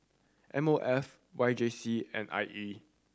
M O F Y J C and I E